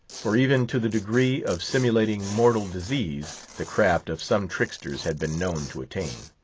for even to the degree of simulating mortal disease, the craft of some tricksters had been known to attain.